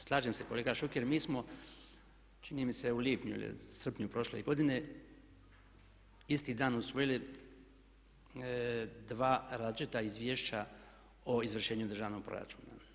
Slažem se kolega Šuker, mi smo čini mi se u lipnju ili srpnju prošle godine isti dan usvojili dva različita izvješća o izvršenju državnog proračuna.